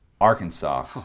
Arkansas